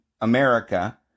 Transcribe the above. America